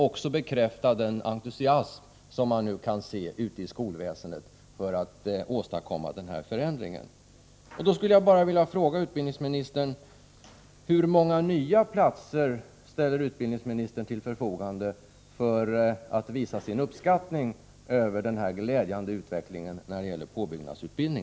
Det är glädjande med den entusiasm som man nu kan se inom skolväsendet för att åstadkomma den här förändringen.